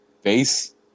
face